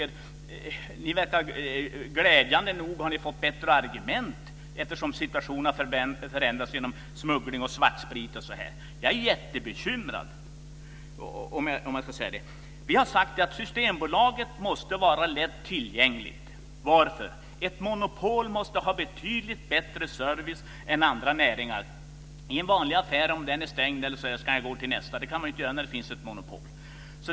Glädjande nog har vi fått bättre argument då situationen har förändrats genom smuggling, svartsprit osv. Jag är jättebekymrad, om jag får säga det. Vi har sagt att Systembolagets tjänster måste vara lättillgängliga. Varför? Ett monopol måste ha en betydligt bättre service än andra. Om en vanlig affär är stängd kan man gå till nästa. Det kan man inte göra när det är monopol.